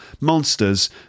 monsters